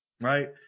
Right